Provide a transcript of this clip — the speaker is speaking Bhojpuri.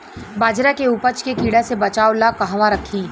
बाजरा के उपज के कीड़ा से बचाव ला कहवा रखीं?